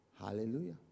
hallelujah